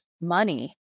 money